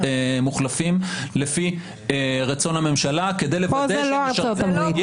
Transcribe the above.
מוחלפים לפי רצון הממשלה כדי לוודא --- פה זה לא ארצות הברית.